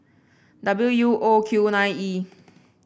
W U O Q nine E